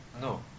No